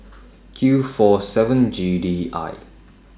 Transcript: Q four seven G D I